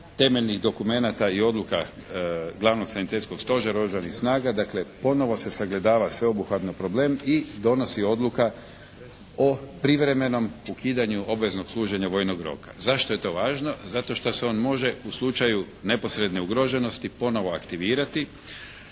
temeljnih dokumenata i odluka Glavnog sanitetskog stožera Oružanih snaga, dakle ponovno se sagledava sveobuhvatno problem i donosi odluka o privremenom ukidanju obveznog služenja vojnog roka. Zašto je to važno? Zato što se on može u slučaju neposredne ugroženosti ponovo aktivirati